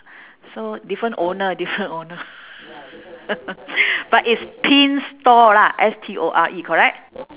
so different owner different owner but it's pin's store lah S T O R E correct